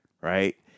right